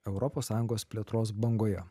europos sąjungos plėtros bangoje